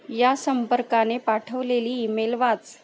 या संपर्काने पाठवलेली ईमेल वाच